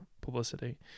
publicity